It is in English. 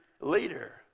leader